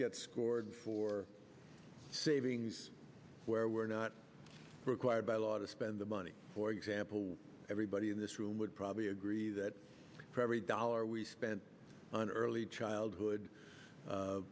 get scored for savings where we're not required by law to spend the money for example everybody in this room would probably agree that for every dollar we spend on early childhood